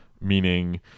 Meaning